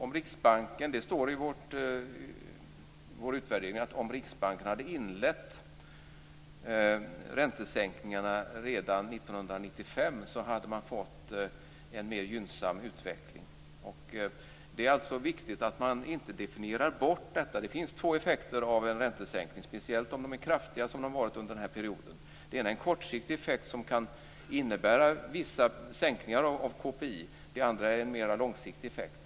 Fru talman! Det står i vår utvärdering att om Riksbanken hade inlett räntesänkningarna redan 1995 hade man fått en mer gynnsam utveckling. Det är viktigt att man inte definierar bort detta. Det finns två effekter av räntesänkningar, speciellt om de är så kraftiga som de har varit under den här perioden. Den ena effekten är kortsiktig och kan innebära vissa sänkningar av KPI. Den andra är mer långsiktig.